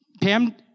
Pam